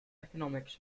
economics